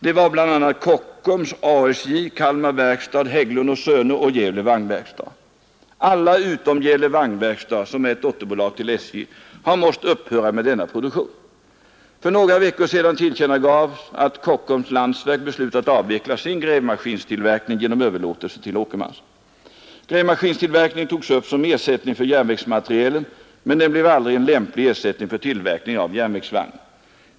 Det var bl.a. Kockums, ASJ, Kalmar verkstad, Hägglund & Söner och Gävle vagnverkstad. Alla utom Gävle vagnverkstad, som är ett dotterbolag till SJ, har måst upphöra med denna produktion. För några veckor sedan tillkännagavs att Kockum-Landsverk beslutat avveckla sin grävmaskinstillverkning genom överlåtelse till Åkermans. Grävmaskinstillverkningen togs upp som ersättning för järnvägsmaterielen men blev aldrig en lämplig ersättning för tillverkningen av järnvägsvagnar.